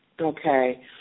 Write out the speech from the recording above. Okay